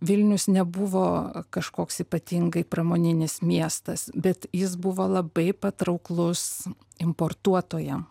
vilnius nebuvo kažkoks ypatingai pramoninis miestas bet jis buvo labai patrauklus importuotojam